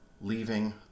leaving